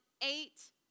eight